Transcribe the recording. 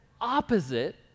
opposite